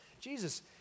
Jesus